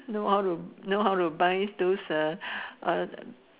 know how to know how to buy those uh uh